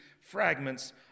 fragments